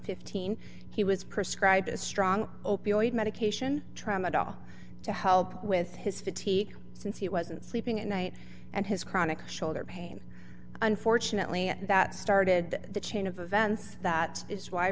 fifteen he was prescribed a strong opioid medication tramadol to help with his fatigue since he wasn't sleeping at night and his chronic shoulder pain unfortunately that started the chain of events that is why